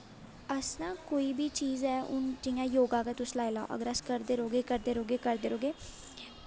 अस ना कोई बी चीज ऐ योग गै तुस लाई लैओ अगर अस करदे रौंह्दे करदे रौह्गे